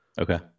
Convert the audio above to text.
Okay